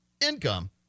income